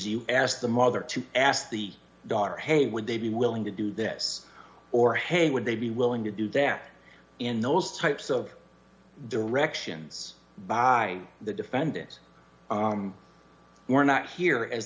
you ask the mother to ask the daughter hey would they be willing to do this or hey would they be willing to do that in those types of directions by the defendants were not here as